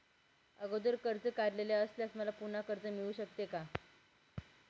अगोदर कर्ज काढलेले असल्यास मला पुन्हा कर्ज मिळू शकते का?